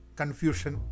confusion